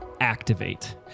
Activate